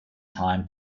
time